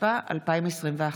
התשפ"א 2021,